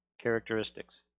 characteristics